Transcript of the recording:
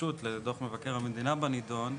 הרשות לדוח מבקר המדינה בנדון,